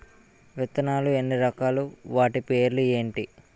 విత్తనాలు ఎన్ని రకాలు, వాటి పేర్లు ఏంటి?